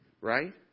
right